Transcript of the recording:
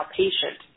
patient